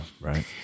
right